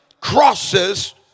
crosses